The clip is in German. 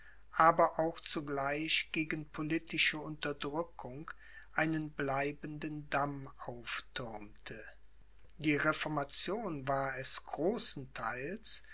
aber auch zugleich gegen politische unterdrückung einen bleibenden damm aufthürmte die reformation war es großenteils